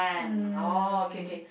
mm